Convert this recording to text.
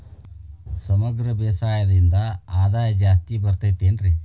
ಸಮಗ್ರ ಬೇಸಾಯದಿಂದ ಆದಾಯ ಜಾಸ್ತಿ ಬರತೈತೇನ್ರಿ?